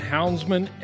Houndsman